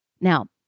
Now